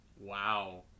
Wow